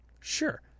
sure